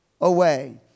away